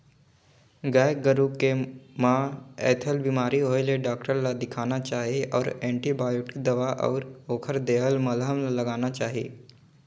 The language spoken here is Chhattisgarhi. गाय गोरु के म थनैल बेमारी होय ले डॉक्टर ल देखाना चाही अउ एंटीबायोटिक दवा अउ ओखर देहल मलहम ल लगाना चाही